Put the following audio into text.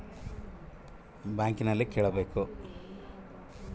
ಹಣ ಬೇರೆಯವರಿಗೆ ಹಾಕಿದಿವಿ ಅವಾಗ ಅದು ವಿಫಲವಾದರೆ?